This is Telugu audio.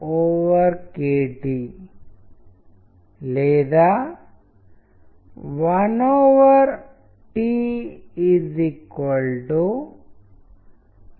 అప్పోల్లినరీ చెప్పిన ఒక పద్యం ఉంది ఫ్రెంచ్ కవి అతను అతను కాలిగ్రామ్స్ తో ప్రయోగాలు చేయడం ప్రారంభించాడు అక్కడ మీరు కాలిగ్రఫీ మరియు కవిత్వం కలయిక ఎలా ఉంటుంది అనేది చూడొచ్చు